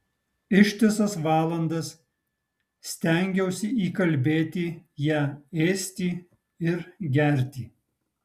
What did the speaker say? ištisas valandas stengiausi įkalbėti ją ėsti ir gerti